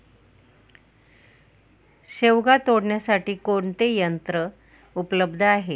शेवगा तोडण्यासाठी कोणते यंत्र उपलब्ध आहे?